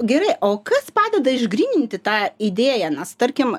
gerai o kas padeda išgryninti tą idėją nes tarkim